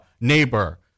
neighbor